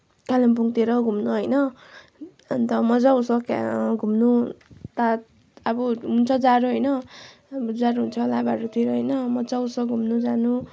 कालिम्पोङतिर घुम्न होइन अन्त मजा आउँछ के घुम्नु तात अब हुन्छ जाडो होइन जाडो हुन्छ लाभाहरूतिर होइन मजा आउँछ घुम्नु जानु